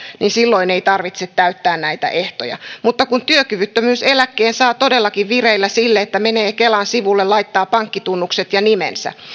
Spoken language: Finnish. niin silloin ei tarvitse täyttää näitä ehtoja mutta työkyvyttömyyseläkkeen saa todellakin vireille sillä että menee kelan sivulle laittaa pankkitunnukset ja nimensä